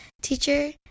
teacher